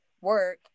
work